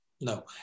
No